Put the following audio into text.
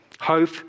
Hope